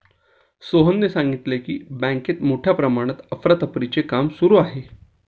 सोहनने सांगितले की, बँकेत मोठ्या प्रमाणात अफरातफरीचे काम सुरू आहे